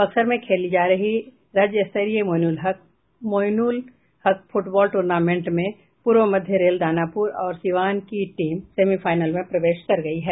बक्सर में खेली जा रही राज्यस्तरीय मोइनुलहक फुटबॉल टूर्नामेंट में पूर्व मध्य रेल दानापुर और सीवान की टीमे सेमीफाइनल में प्रवेश कर गयी है